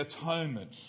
atonement